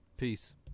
Peace